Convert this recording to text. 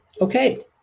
Okay